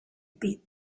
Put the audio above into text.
beat